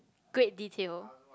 great detail